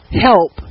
help